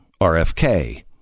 RFK